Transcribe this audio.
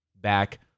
back